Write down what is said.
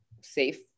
safe